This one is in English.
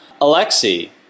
Alexei